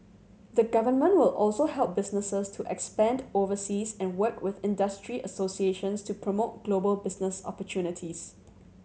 the Government will also help businesses to expand overseas and work with industry associations to promote global business opportunities